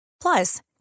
Plus